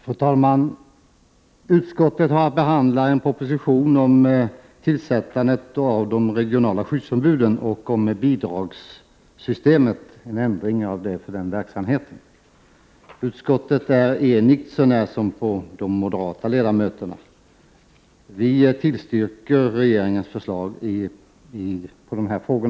Fru talman! Utskottet har att behandla en proposition om tillsättandet av regionala skyddsombud och en ändring av bidragssystemet för verksamheten. Utskottet är enigt sånär som på de moderata ledamöterna. Utskottet tillstyrker regeringens förslag i dessa frågor.